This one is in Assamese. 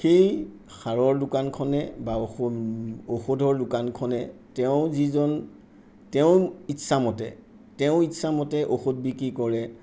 সেই সাৰৰ দোকানখনে বা ঔ ঔষধৰ দোকানখনে তেওঁ যিজন তেওঁৰ ইচ্ছামতে তেওঁ ইচ্ছামতে ঔষধ বিক্ৰী কৰে